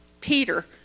Peter